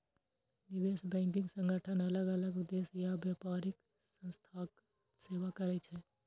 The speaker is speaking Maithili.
निवेश बैंकिंग संगठन अलग अलग उद्देश्य आ व्यावसायिक संस्थाक सेवा करै छै